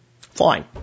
Fine